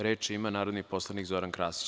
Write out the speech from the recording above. Reč ima narodni poslanik Zoran Krasić.